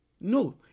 No